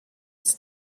its